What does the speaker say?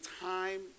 time